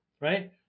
Right